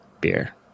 beer